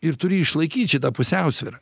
ir turi išlaikyt šitą pusiausvyrą